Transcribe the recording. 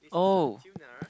oh